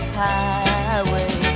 highway